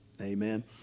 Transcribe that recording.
Amen